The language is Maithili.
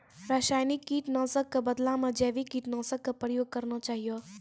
रासायनिक कीट नाशक कॅ बदला मॅ जैविक कीटनाशक कॅ प्रयोग करना चाहियो